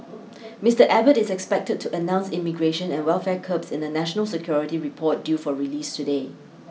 Mister Abbott is expected to announce immigration and welfare curbs in a national security report due for release today